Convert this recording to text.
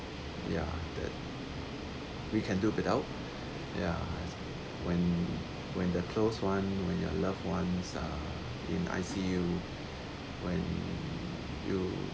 ya that we can do to help ya when when the close one when your love one uh in I_C_U when you